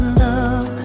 love